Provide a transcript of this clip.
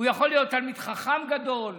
הוא יכול להיות תלמיד חכם גדול,